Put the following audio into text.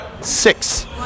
six